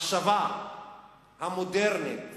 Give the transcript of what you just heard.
המחשבה המודרנית